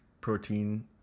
protein